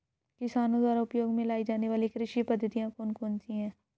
किसानों द्वारा उपयोग में लाई जाने वाली कृषि पद्धतियाँ कौन कौन सी हैं?